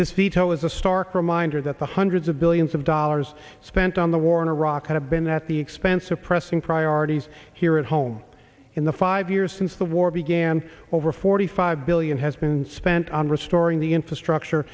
this seato is a stark reminder that the hundreds of billions of dollars spent on the war in iraq have been that the expense of pressing priorities here at home in the five years since the war began over forty five billion has been spent on restoring the infrastructure